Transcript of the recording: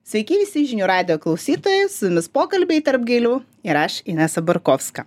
sveiki visi žinių radijo klausytojai su jumis pokalbiai tarp gėlių ir aš inesa borkovska